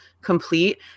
complete